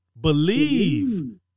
believe